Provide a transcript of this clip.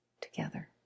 together